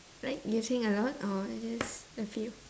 like you sing a lot or just a few